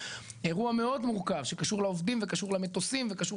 אירוע מאוד מורכב שקשור לעובדים וקשור למטוסים וקשור